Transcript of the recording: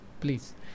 please